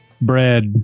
bread